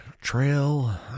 trail